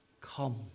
Come